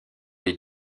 les